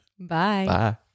Bye